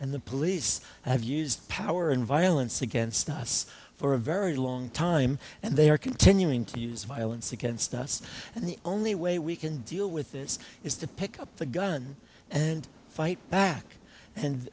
and the police have used power and violence against us for a very long time and they are continuing to use violence against us and the only way we can deal with this is to pick up the gun and fight back and